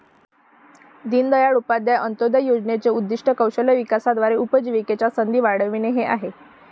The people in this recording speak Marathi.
दीनदयाळ उपाध्याय अंत्योदय योजनेचे उद्दीष्ट कौशल्य विकासाद्वारे उपजीविकेच्या संधी वाढविणे हे आहे